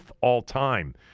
all-time